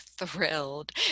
thrilled